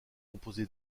composé